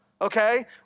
okay